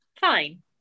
fine